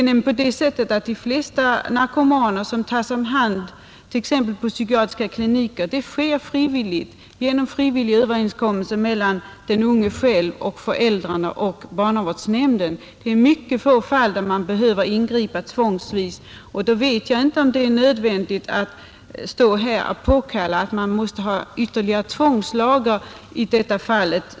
De flesta narkomaner som tas om hand t.ex. på psykiatriska kliniker går in frivilligt. Det sker genom frivillig överenskommelse mellan den unge själv, föräldrarna och barnavårdsnämnden, Det är endast i mycket få fall som man behöver ingripa med tvång. Då vet jag inte om det är nödvändigt att stå här och påkalla ytterligare tvångslagar.